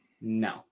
no